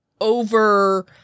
over